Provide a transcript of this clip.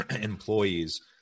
employees